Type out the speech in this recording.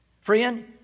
Friend